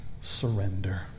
surrender